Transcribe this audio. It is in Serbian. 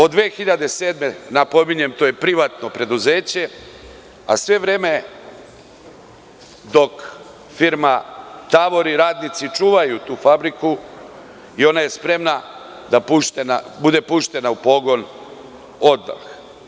Od 2007. godine, napominjem, to je privatno preduzeće, a sve vreme, dok firma tavori, radnici čuvaju tu fabriku i ona je spremna da bude puštena u pogon odmah.